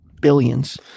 billions